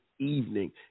evening